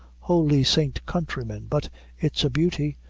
holy st. countryman, but it's a beauty.